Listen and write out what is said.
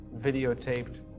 videotaped